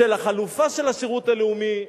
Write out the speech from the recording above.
של החלופה של השירות הלאומי,